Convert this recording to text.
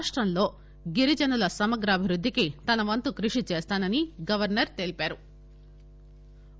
రాష్టంలో గిరిజనుల సమగ్ర అభివృద్దికి తనవంతు కృషి చేస్తానని గవర్సర్ తెలిపారు